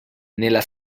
nella